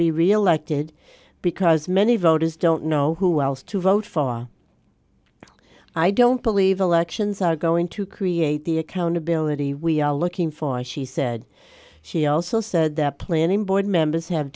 be reelected because many voters don't know who else to vote for i don't believe elections are going to create the accountability we are looking for she said she also said that planning board members have